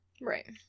Right